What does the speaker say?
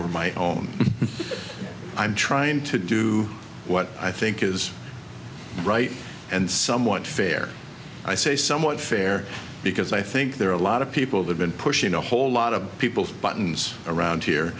were my own i'm trying to do what i think is right and somewhat fair i say somewhat fair because i think there are a lot of people have been pushing a whole lot of people's buttons around here